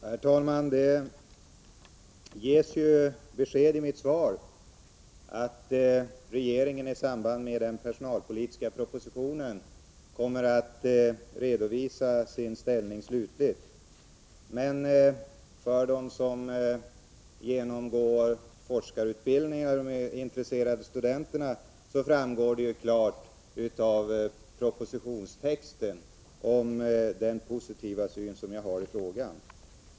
Herr talman! Det ges ju besked i mitt svar. Regeringen kommer i samband med den personalpolitiska propositionen att redovisa sitt slutliga ställningstagande. Jag vill tillägga att det för dem som genomgår forskarutbildningar och för de intresserade studenterna klart framgår av propositionstexten att jag har en positiv syn på den här frågan.